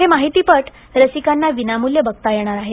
हे माहितीपट रसिकांना विनामूल्य बघता येणार आहेत